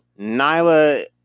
Nyla